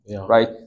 right